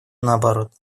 наоборот